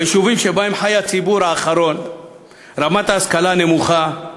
ביישובים שבהם חי הציבור האחרון רמת ההשכלה נמוכה,